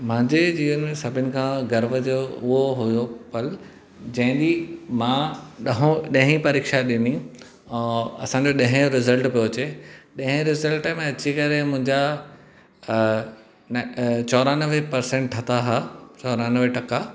मुंहिंजे जीवन में सभिनि खां गर्व जो उहो हुयो पल जहिं ॾीहुं मां ॾहो ॾही परिक्षा ॾिनी ऐं असांखे ॾह जो रिज़ल्ट पियो अचे ॾह रिज़ल्ट में अची करे मुंहिंजा न चोरानवे पर्संट ठटा ह चोरानवे टक